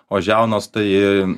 o žiaunos tai